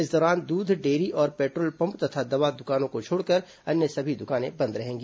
इस दौरान दूध डेयरी और पेट्रोल पम्प तथा दवा दुकानों को छोड़कर अन्य सभी दुकानें बंद रहेंगी